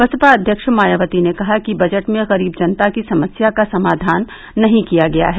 बसपा अध्यक्ष मायावती ने कहा कि बजट में गरीब जनता के समस्या का समाधान नही किया गया है